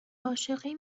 عاشقی